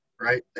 right